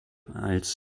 als